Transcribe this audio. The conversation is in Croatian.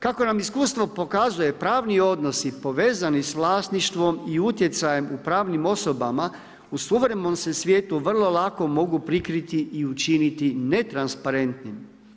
Kako nam iskustvo pokazuje pravni odnosi povezani s vlasništvom i utjecajem u pravnim osobama u suvremenom se svijetu vrlo lako mogu prikriti i učiniti netransparentnim.